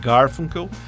Garfunkel